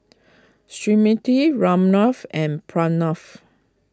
Smriti Ramnath and Pranav